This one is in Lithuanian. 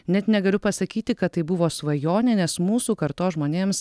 net negaliu pasakyti kad tai buvo svajonė nes mūsų kartos žmonėms